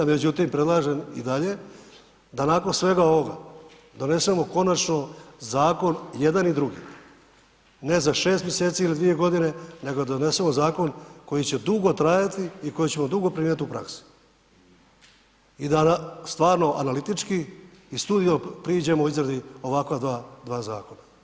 Međutim, predlažem i dalje da nakon svega ovoga donesemo konačno zakon jedan i drugi, ne za 6 mjeseci ili 2 godine, nego da donesemo zakon koji će dugo trajati i kojeg ćemo dugo primjenjivati u praksi i da stvarno analitički i sudio priđemo u izradi ovakva dva zakona.